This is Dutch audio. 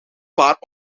paar